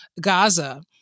Gaza